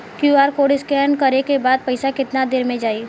QR code scan न करे क बाद पइसा केतना देर म जाई?